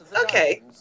okay